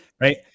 right